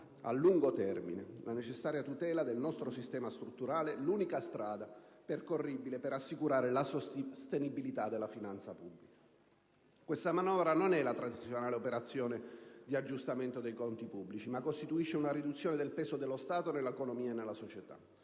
a lungo termine, la necessaria tutela del nostro sistema strutturale, l'unica strada percorribile per assicurare la sostenibilità della finanza pubblica. Questa manovra non è la tradizionale operazione di aggiustamento dei conti pubblici, ma costituisce una riduzione del peso dello Stato nell'economia e nella società: